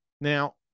now